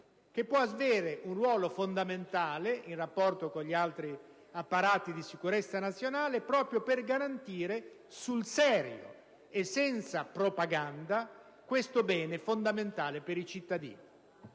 che può avere un ruolo fondamentale in rapporto con gli altri apparati di sicurezza nazionale proprio per garantire, sul serio e senza propaganda, questo bene fondamentale per i cittadini.